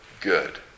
good